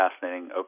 fascinating